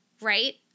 Right